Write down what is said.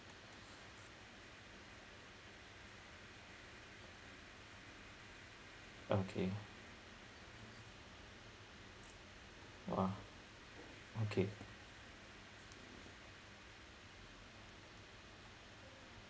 okay !wah! okay